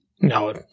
No